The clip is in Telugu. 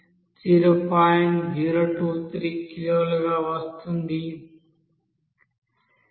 023 కిలోలుగా వస్తుంది